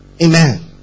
Amen